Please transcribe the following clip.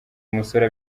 umusore